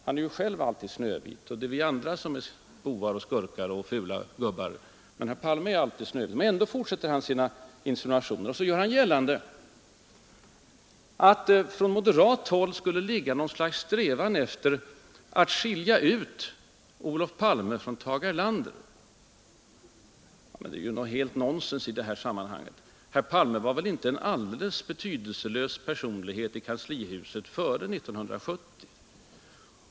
Han är ju själv alldeles snövit — det är vi andra som är bovar, skurkar och fula gubbar. Han gör gällande att de moderata kraven skulle bygga på något slags strävan efter att skilja Olof Palme från Tage Erlander. Det är ju helt nonsens. Herr Palme var väl inte en alldeles betydelselös personlighet i kanslihuset före 1970.